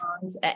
songs